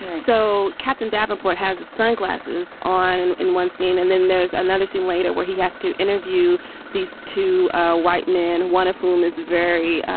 so captain davenport has sunglasses on and in one scene and then there's another scene later where he has to interview these two ah white men, one of whom is very,